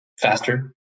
faster